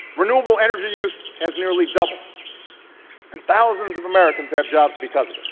renewable energy use has nearly doubled and thousands of americans have jobs because of it.